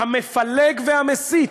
המפלג והמסית,